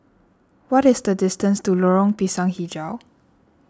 what is the distance to Lorong Pisang HiJau